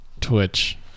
twitch